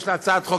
יש לה הצעת חוק,